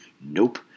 nope